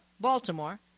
Baltimore